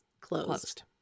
closed